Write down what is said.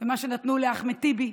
מה שנתנו לאחמד טיבי,